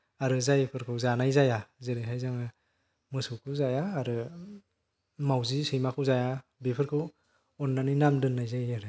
आरो जायफोरखौ जानाय जाया जेरैहाय जोङो मोसौखौ जाया आरो माउजि सैमाखौ जाया बेफोरखौ अननानै नाम दोननाय जायो